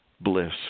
bliss